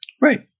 Right